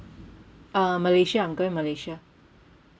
uh malaysia I'm going malaysia